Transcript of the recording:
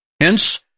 Hence